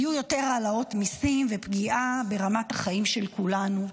יהיו יותר העלאות מיסים ופגיעה ברמת החיים של כולנו.